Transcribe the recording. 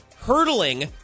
hurtling